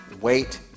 wait